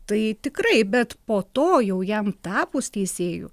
tai tikrai bet po to jau jam tapus teisėju